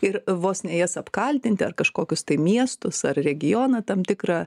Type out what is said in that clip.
ir vos ne jas apkaltinti ar kažkokius tai miestus ar regioną tam tikrą